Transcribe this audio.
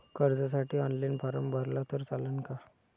कर्जसाठी online form भरला तर चालन का?